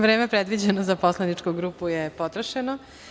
Vreme predviđeno za poslaničku grupu je potrošeno.